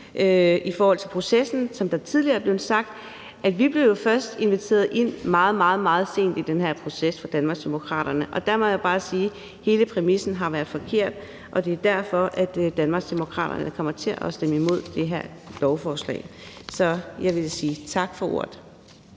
sagt om processen, at vi i Danmarksdemokraterne først blev inviteret ind meget, meget sent i den her proces. Der må jeg bare sige, at hele præmissen har været forkert, og det er derfor, at Danmarksdemokraterne kommer til at stemme imod det her lovforslag. Så jeg vil sige tak for ordet.